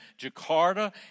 Jakarta